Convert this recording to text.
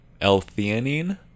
L-theanine